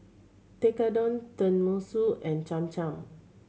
Tekkadon Tenmusu and Cham Cham